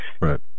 Right